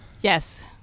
Yes